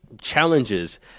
challenges